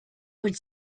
would